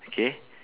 okay